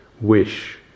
wish